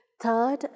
Third